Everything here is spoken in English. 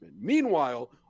Meanwhile